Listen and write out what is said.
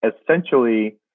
essentially